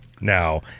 now